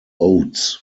oats